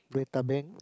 data bank